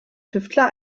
tüftler